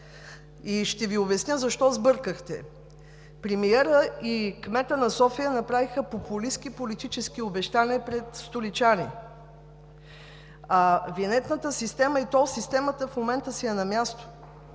Ще Ви обясня защо сбъркахте. Премиерът и кметът на София направиха популистки политически обещания пред столичани. Винетната система и тол системата в момента са си на мястото,